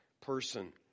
person